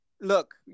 look